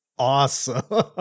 Awesome